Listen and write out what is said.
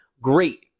Great